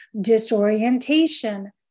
disorientation